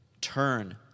Turn